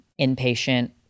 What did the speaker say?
inpatient